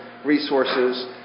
resources